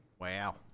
Wow